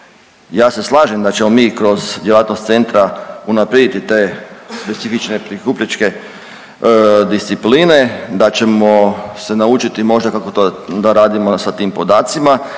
ja se slažem da ćemo mi kroz djelatnost Centra unaprijediti te specifične prikupljačke discipline, da ćemo se naučiti možda kako to da radimo sa tim podacima,